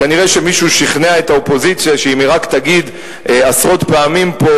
כנראה מישהו שכנע את האופוזיציה שאם היא רק תגיד עשרות פעמים פה,